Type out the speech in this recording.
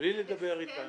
בלי לדבר אתנו.